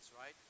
right